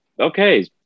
Okay